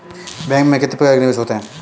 Bank में कितने प्रकार के निवेश होते हैं?